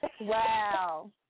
Wow